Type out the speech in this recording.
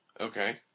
Okay